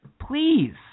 Please